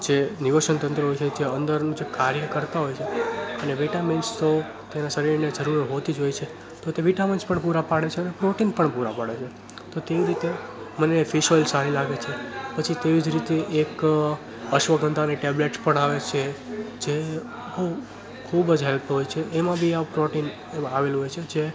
જે નિર્વસન તંત્ર હોય છે જે અંદરનું જે કાર્ય કરતા હોય છે અને વિટામિન્સ તો તેના શરીરમાં તેની જરૂર હોતી જ હોય છે તો તે વિટામિન્સ પણ પૂરા પાડે છે અને પ્રોટીન પણ પૂરા પાડે છે તો તેવી રીતે મને ફિશ ઓઈલ સારી લાગે છે પછી તેવી જ રીતે એક અશ્વગંધાની ટેબલેટ પણ આવે છે જે ખૂબ જ હેલ્થ હોય છે એમાં બી પ્રોટીન આવેલું હોય છે જે